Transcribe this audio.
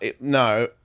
no